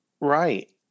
right